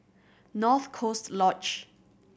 North Coast Lodge